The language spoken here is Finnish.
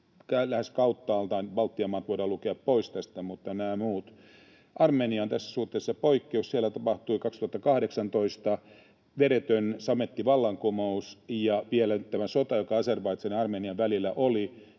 lähes kauttaaltaan — Baltian maat voidaan lukea pois tästä, mutta nämä muut — niin Armenia on tässä suhteessa poikkeus. Siellä tapahtui 2018 veretön samettivallankumous, ja vielä sota, joka Azerbaidžanin ja Armenian välillä oli,